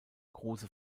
große